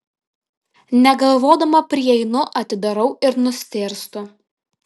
negalvodama prieinu atidarau ir nustėrstu